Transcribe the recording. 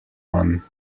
one